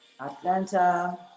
Atlanta